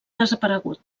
desaparegut